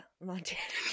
Montana